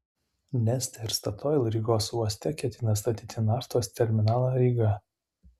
neste ir statoil rygos uoste ketina statyti naftos terminalą ryga